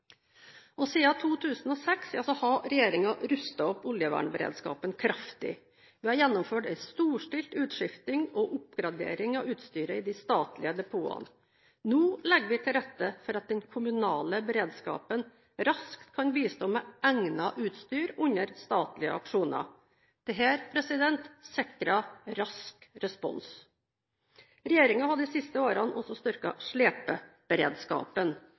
2013. Siden 2006 har regjeringen rustet opp oljevernberedskapen kraftig. Vi har gjennomført en storstilt utskifting og oppgradering av utstyret i de statlige depotene. Nå legger vi til rette for at den kommunale beredskapen raskt kan bistå med egnet utstyr under statlige aksjoner. Dette sikrer rask respons. Regjeringen har de siste årene også styrket slepeberedskapen.